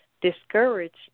discouraged